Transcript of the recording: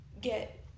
get